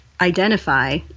identify